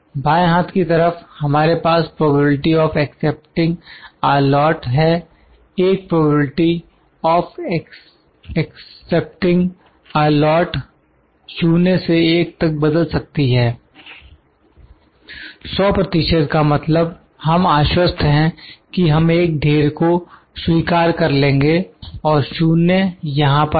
बाएं हाथ की तरफ हमारे पास probability of expecting a lot है एक probability of expecting a lot 0 से 1 तक बदल सकती है 100 प्रतिशत का मतलब हम आश्वस्त हैं कि हम एक ढेर को स्वीकार कर लेंगे और 0 यहां पर हैं